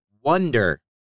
wonder